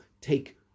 take